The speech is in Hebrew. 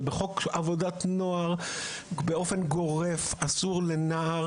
ובחוק עבודת נוער באופן גורף אסור לנער